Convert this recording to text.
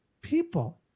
people